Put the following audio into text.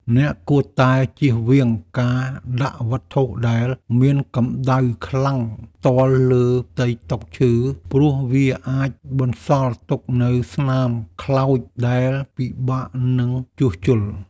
អ្នកគួរតែជៀសវាងការដាក់វត្ថុដែលមានកម្ដៅខ្លាំងផ្ទាល់លើផ្ទៃតុឈើ ព្រោះវាអាចបន្សល់ទុកនូវស្នាមខ្លោចដែលពិបាកនឹងជួសជុល។